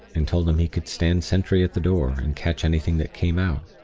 and told him he could stand sentry at the door, and catch anything that came out.